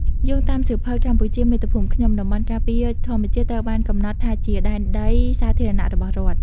យោងតាមសៀវភៅ "កម្ពុជាមាតុភូមិខ្ញុំ" តំបន់ការពារធម្មជាតិត្រូវបានកំណត់ថាជាដែនដីសាធារណៈរបស់រដ្ឋ។